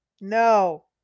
No